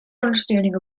understanding